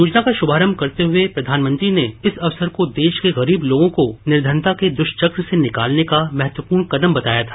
योजना का शुभारम्भ करते हुए प्रधानमंत्री ने इस अवसर को देश के गरीब लोगों को निर्धनता के दुष्चक्र से निकालने का महत्वपूर्ण कदम बताया था